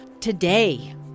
today